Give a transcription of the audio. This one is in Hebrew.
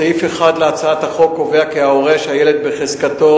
סעיף 1 להצעת החוק קובע כי ההורה שהילד בחזקתו,